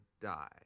die